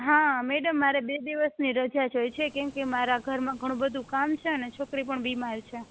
હા મેડમ મારે બે દિવસની રજા જોઈએ છે કેમકે મારા ઘરમાં ઘણું બધું કામ છે અને છોકરી પણ બીમાર છે